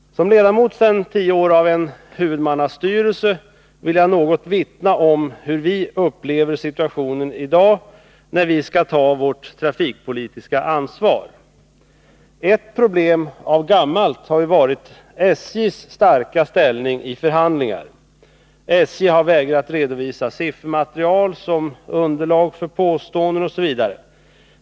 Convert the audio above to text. Som ledamot sedan tio år tillbaka av en huvudmannastyrelse vill jag något vittna om hur vi upplever situationen i dag när vi skall ta vårt trafikpolitiska ansvar. Ett problem sedan gammalt har varit SJ:s starka ställning i förhandlingar. SJ har vägrat att redovisa siffermaterial som underlag för påståenden osv.